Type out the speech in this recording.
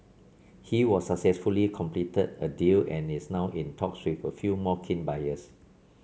he was successfully completed a deal and is now in talks with a few more keen buyers